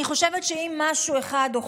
אני חושבת שאם אנחנו,